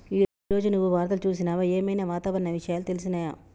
ఈ రోజు నువ్వు వార్తలు చూసినవా? ఏం ఐనా వాతావరణ విషయాలు తెలిసినయా?